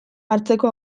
hartzeko